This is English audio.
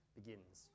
begins